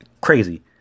Crazy